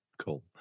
cool